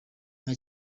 nta